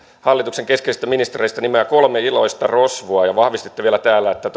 hallituksen keskeisistä ministereistä nimeä kolme iloista rosvoa ja vahvistitte vielä täällä että